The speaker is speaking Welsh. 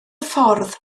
ffordd